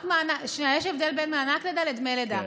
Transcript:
שנייה, יש הבדל בין מענק לידה לדמי לידה.